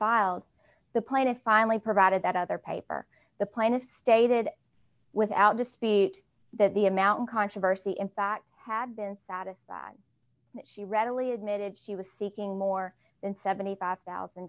filed the plaintiff finally provided that other paper the plaintiff stated without to speak that the amount of controversy in fact had been satisfied that she readily admitted she was seeking more than seventy five thousand